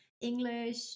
English